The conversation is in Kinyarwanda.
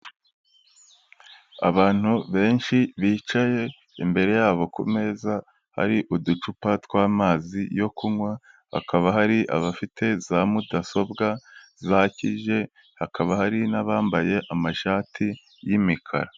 Abantu benshi bicaye imbere yabo ku meza hari uducupa tw'amazi yo kunywa, hakaba hari abafite za mudasobwa zakije, hakaba hari n'abambaye amashati y'imikara.